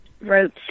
wrote